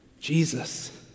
Jesus